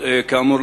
כאמור,